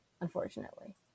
unfortunately